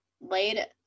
laid